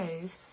move